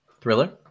Thriller